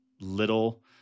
little –